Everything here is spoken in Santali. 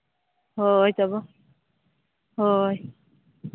ᱦᱳᱭ ᱛᱚᱵᱮ ᱦᱳᱭ